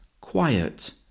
Quiet